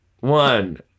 One